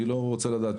אני לא רוצה לדעת